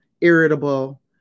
irritable